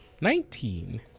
Nineteen